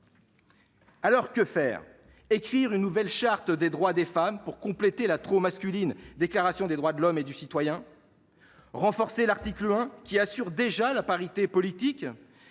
Alors que faire écrire une nouvelle charte des droits des femmes, pour compléter la trop masculine : déclaration des droits de l'homme et du citoyen, renforcer l'article 1 qui assure déjà la parité politique